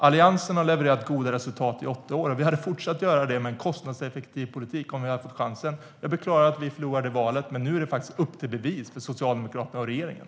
Alliansen har levererat goda resultat i åtta år, och vi hade fortsatt att göra det med en kostnadseffektiv politik om vi hade fått chansen. Jag beklagar att vi förlorade valet. Men nu är det faktiskt upp till bevis för Socialdemokraterna och regeringen.